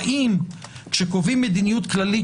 האם כשקובעים מדיניות כללית,